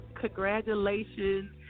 congratulations